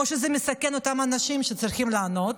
שזה מסכן את אותם אנשים שצריכים לענות.